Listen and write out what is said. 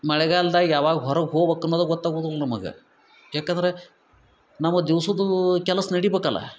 ಮಳೆಗಾಲ್ದಾಗ ಯಾವಾಗ ಹೊರ ಹೋಬಕು ಅನ್ನುದು ಗೊತ್ತಾಗುದಿಲ್ಲ ನಮಗೆ ಯಾಕಂದರೆ ನಮ್ಮ ದಿವ್ಸದ್ದು ಕೆಲಸ ನಡೀಬೇಕಲ್ಲ